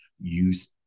use